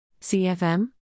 CFM